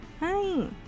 Hi